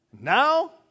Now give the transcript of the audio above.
Now